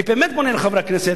אני באמת פונה לחברי הכנסת,